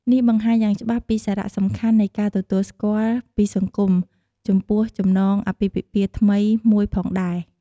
នេះបង្ហាញយ៉ាងច្បាស់ពីសារៈសំខាន់នៃការទទួលស្គាល់ពីសង្គមចំពោះចំណងអាពាហ៍ពិពាហ៍ថ្មីមួយផងដែរ។